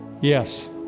Yes